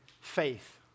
faith